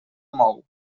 mou